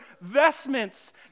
vestments